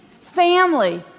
family